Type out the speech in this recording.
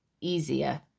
easier